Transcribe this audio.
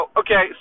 okay